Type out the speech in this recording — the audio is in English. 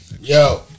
Yo